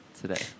today